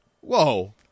Whoa